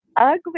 ugly